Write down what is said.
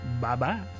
Bye-bye